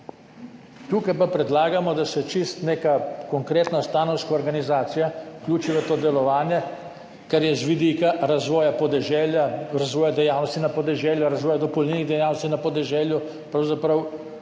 Tukaj pa predlagamo, da se čisto neka konkretna stanovska organizacija vključi v to delovanje, kar je z vidika razvoja podeželja, razvoja dejavnosti na podeželju, razvoja dopolnilnih dejavnosti na podeželju pravzaprav osnoven